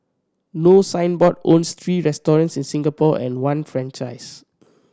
no signboard owns three restaurants in Singapore and one franchise